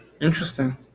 Interesting